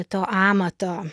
to amato